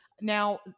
Now